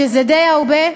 שזה די הרבה,